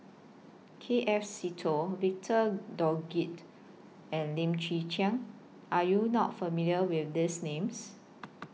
K F Seetoh Victor Doggett and Lim Chwee Chian Are YOU not familiar with These Names